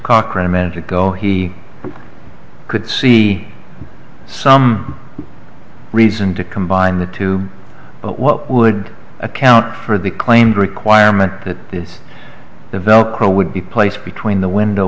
cochrane a minute ago he could see some reason to combine the two but what would account for the claimed requirement that it's the velcro would be placed between the window